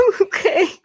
Okay